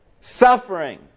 suffering